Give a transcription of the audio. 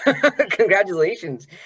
Congratulations